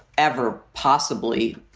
ever possibly,